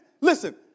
listen